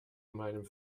meinem